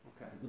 Okay